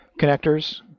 connectors